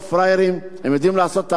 ואני משאיר את זה לשר אהרונוביץ,